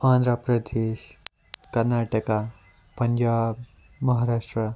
Andhra Pradesh Karnataka Punjab Maharashtra